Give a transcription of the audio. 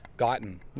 gotten